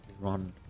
run